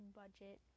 budget